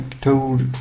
told